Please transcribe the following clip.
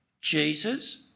Jesus